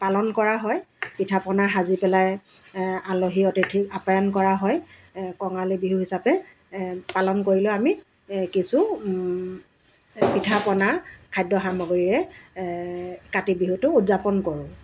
পালন কৰা হয় পিঠা পনা সাজি পেলাই আলহী অতিথিক আপ্যায়ন কৰা হয় কঙালী বিহু হিচাপে পালন কৰিলেও আমি কিছু পিঠা পনা খাদ্য সামগ্ৰীৰে কাতি বিহুটো উদযাপন কৰোঁ